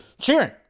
cheering